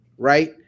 right